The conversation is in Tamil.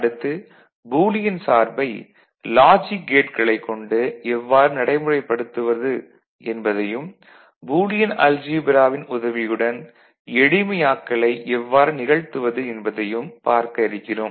அடுத்து பூலியன் சார்பை லாஜிக் கேட்களைக் கொண்டு எவ்வாறு நடைமுறைப்படுத்துவது என்பதையும் பூலியன் அல்ஜீப்ராவின் உதவியுடன் எளிமையாக்கலை எவ்வாறு நிகழ்த்துவது என்பதையும் பார்க்க இருக்கிறோம்